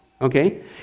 Okay